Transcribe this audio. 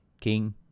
King